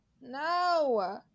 no